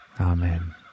Amen